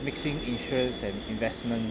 mixing insurance and investment